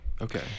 Okay